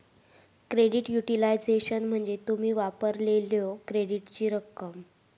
credit utilisation म्हणजे तुम्ही वापरलेल्यो क्रेडिटची रक्कम